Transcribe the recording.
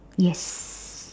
yes